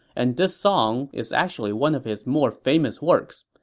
and this song is actually one of his more famous works.